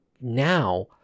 now